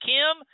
Kim